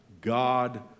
God